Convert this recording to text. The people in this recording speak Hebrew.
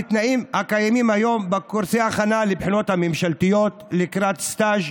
דומה לתנאים הקיימים היום בקורסי ההכנה לבחינה הממשלתית לקראת סטז'